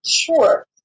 Sure